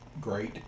great